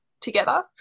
together